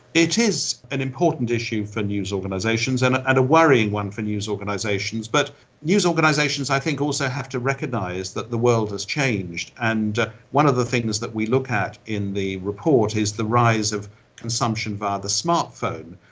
it is an important issue for news organisations, and and a worrying one for news organisations, but news organisations i think also have to recognise that the world has changed, and one of the things that we look at in the report is the rise of consumption via the smart phone.